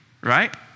right